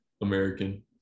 American